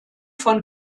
von